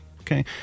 okay